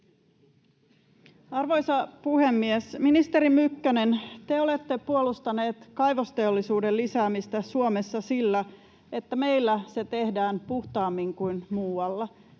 Arvoisa puhemies! Ministeri Mykkänen, te olette puolustanut kaivosteollisuuden lisäämistä Suomessa sillä, että meillä se tehdään puhtaammin kuin muualla.